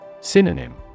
Synonym